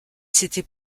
c’était